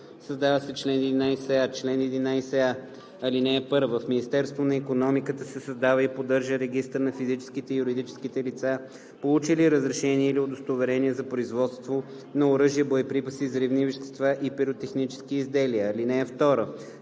Създава се чл. 11а: „Чл. 11а. (1) В Министерството на икономиката се създава и поддържа регистър на физическите и юридическите лица, получили разрешение или удостоверение за производство на оръжия, боеприпаси, взривни вещества и пиротехнически изделия. (2)